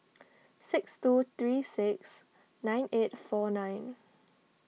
six two three six nine eight four nine